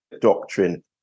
doctrine